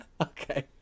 okay